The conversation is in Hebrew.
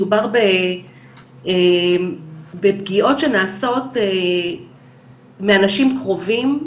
מדובר בפגיעות שנעשות מאנשים קרובים,